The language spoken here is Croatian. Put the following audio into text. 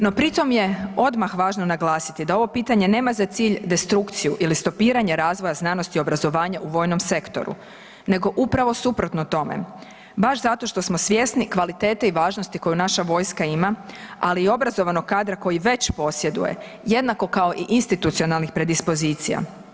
No, pritom je odmah važno naglasiti da ovo pitanje nema za cilj destrukciju ili stopiranje razvoja znanosti i obrazovanja u vojnom sektoru, nego upravo suprotno tome, baš zato što smo svjesni kvalitete i važnosti koju naša vojska ima, ali i obrazovanog kadra koji već posjeduje, jednako kao i institucionalnih predispozicija.